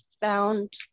found